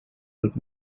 that